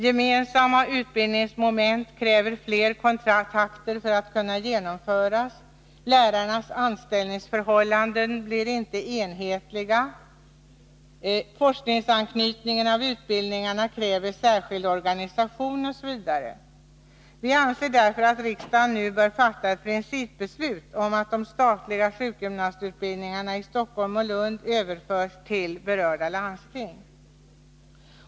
Gemensamma utbildningsmoment kräver mer kontakter för att kunna genomföras, lärarnas anställningsförhållanden blir inte enhetliga, forskningsanknytningen av utbildningarna kräver särskild organisation osv. Vi anser därför att riksdagen nu bör fatta ett principbeslut om att de statliga sjukgymnastutbildningarna i Stockholm och Lund överförs till berörda landsting.